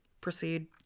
proceed